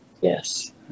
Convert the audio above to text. Yes